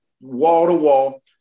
wall-to-wall